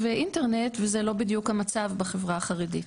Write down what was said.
ואינטרנט וזה לא בדיוק המצב בחברה החרדית.